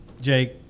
Jake